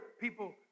people